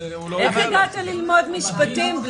איך הגעת ללמוד משפטים?